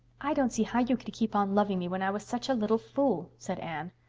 i don't see how you could keep on loving me when i was such a little fool, said anne.